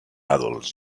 adults